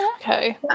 okay